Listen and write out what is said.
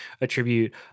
attribute